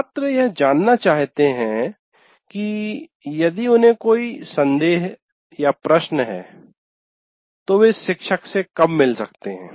छात्र यह जानना चाहते हैं कि यदि उन्हें कोई संदेहप्रश्न है तो वे शिक्षक से कब मिल सकते हैं